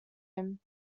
him